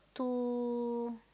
two